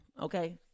Okay